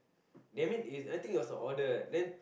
that mean is I think it was a order then